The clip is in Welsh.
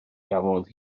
gafodd